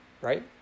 Right